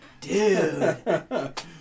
dude